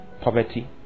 poverty